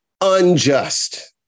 unjust